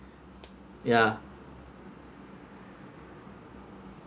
ya